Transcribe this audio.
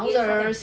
wowzers